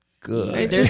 good